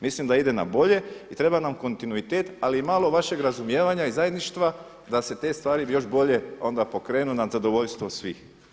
Mislim da ide na bolje i treba nam kontinuitet ali i malo vašeg razumijevanja i zajedništva da se te stvari još bolje onda poreknu na zadovoljstvo svih.